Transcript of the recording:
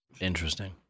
Interesting